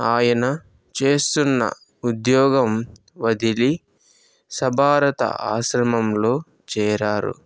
ఆయన చేస్తున్న ఉద్యోగం వదిలి సభారత ఆశ్రమంలో చేరారు